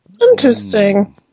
Interesting